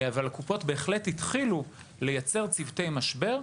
אבל הקופות בהחלט התחילו לייצר צוותי משבר,